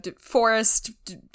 Forest